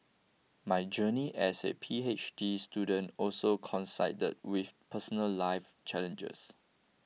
my journey as a P H D student also coincided with personal life challenges